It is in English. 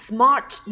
Smart